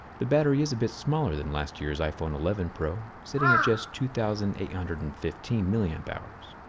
the battery is a bit smaller than last year's iphone eleven pro, sitting at just two thousand eight hundred and fifteen milliamp hours.